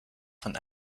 von